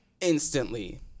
instantly